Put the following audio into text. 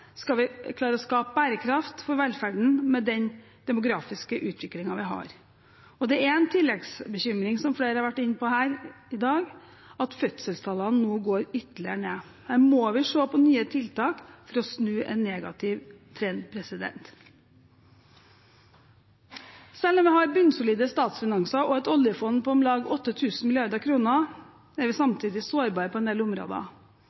skal vi klare å skape bærekraft for velferden med den demografiske utviklingen vi har. Det er en tilleggsbekymring, som flere har vært inne på her i dag, at fødselstallene nå går ytterligere ned. Her må vi se på nye tiltak for å snu en negativ trend. Selv om vi har bunnsolide statsfinanser og et oljefond på om lag 8 000 mrd. kr, er vi samtidig sårbare på en del områder.